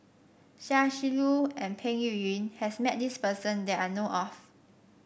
Chia Shi Lu and Peng Yuyun has met this person that I know of